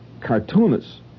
cartoonists